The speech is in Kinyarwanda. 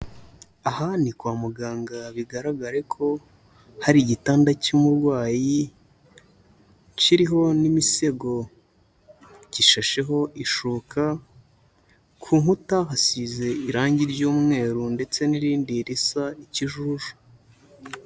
Aha ni kwa muganga bigaragare ko, hari igitanda cy'umurwayi, kiriho n'imisego. Gishasheho ishuka, ku nkuta hasize irangi ry'umweru ndetse n'irindi risa ikijuju.